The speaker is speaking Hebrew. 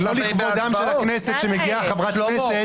לא לכבודה של הכנסת שמגיעה חברת כנסת